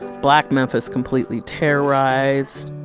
black memphis completely terrorized.